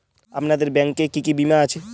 আপনাদের ব্যাংক এ কি কি বীমা আছে?